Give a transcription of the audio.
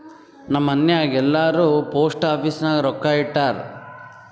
ನಮ್ ಮನ್ಯಾಗ್ ಎಲ್ಲಾರೂ ಪೋಸ್ಟ್ ಆಫೀಸ್ ನಾಗ್ ರೊಕ್ಕಾ ಇಟ್ಟಾರ್